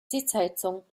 sitzheizung